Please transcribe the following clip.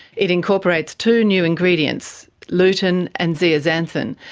it incorporates two new ingredients, lutein and zeaxanthin,